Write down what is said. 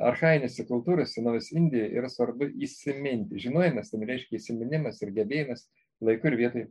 archajinėse kultūros senovės indijoje yra svarbu įsiminti žinojo ten reiškia įsiminimas ir gebėjimas laiku ir vietoje